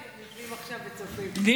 כן,